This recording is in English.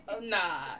Nah